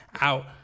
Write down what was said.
out